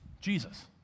Jesus